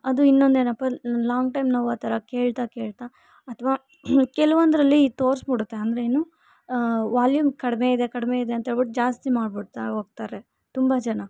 ಅದು ಇನ್ನೊಂದೇನಪ್ಪ long time ನಾವು ಆ ಥರ ಕೇಳ್ತಾ ಕೇಳ್ತಾ ಅಥ್ವಾ ಕೆಲವೊಂದರಲ್ಲಿ ತೋರಿಸ್ಬಿಡುತ್ತೆ ಅಂದ್ರೇನು ವಾಲ್ಯೂಮ್ ಕಡಿಮೆ ಇದೆ ಕಡಿಮೆ ಇದೆ ಅಂಥೇಳ್ಬಿಟ್ಟು ಜಾಸ್ತಿ ಮಾಡ್ಬಿಡ್ತಾ ಹೋಗ್ತಾರೆ ತುಂಬ ಜನ